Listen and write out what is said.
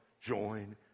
join